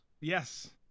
Yes